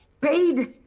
paid